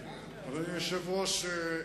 היושב-ראש,